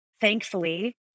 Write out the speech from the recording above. thankfully